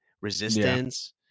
resistance